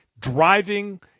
driving